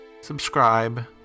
Subscribe